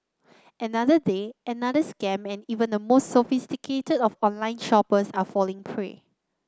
another day another scam and even the most sophisticated of online shoppers are falling prey